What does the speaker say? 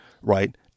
right